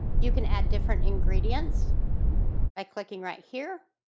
you can add different ingredients by clicking right here.